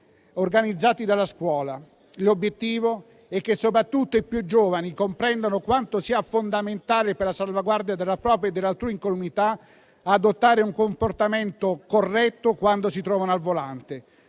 organizzati dalla scuola. L'obiettivo è che soprattutto i più giovani comprendano quanto sia fondamentale per la salvaguardia della propria e dell'altrui incolumità adottare un comportamento corretto quando si trovano al volante.